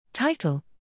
Title